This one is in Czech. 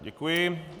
Děkuji.